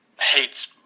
hates